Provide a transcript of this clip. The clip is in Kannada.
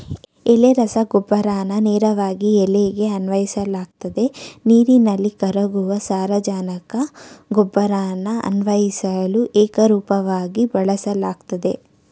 ಎಲೆ ರಸಗೊಬ್ಬರನ ನೇರವಾಗಿ ಎಲೆಗೆ ಅನ್ವಯಿಸಲಾಗ್ತದೆ ನೀರಲ್ಲಿ ಕರಗುವ ಸಾರಜನಕ ಗೊಬ್ಬರನ ಅನ್ವಯಿಸಲು ಏಕರೂಪವಾಗಿ ಬಳಸಲಾಗ್ತದೆ